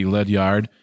Ledyard